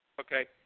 Okay